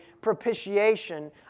propitiation